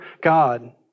God